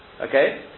Okay